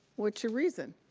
what's your reason?